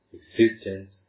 existence